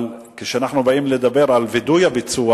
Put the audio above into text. אבל כשבאים לדבר על וידוא הביצוע